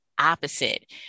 opposite